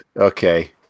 okay